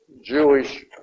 Jewish